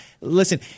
Listen